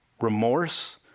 remorse